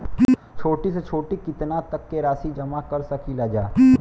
छोटी से छोटी कितना तक के राशि जमा कर सकीलाजा?